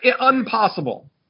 impossible